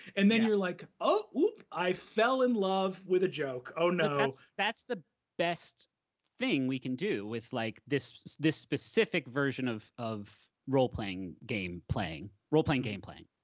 and then you're like, oh, oop, i fell in love with a joke. oh, no. that's the best thing we can do with like this this specific version of of role-playing game playing, role-playing game playing,